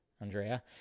Andrea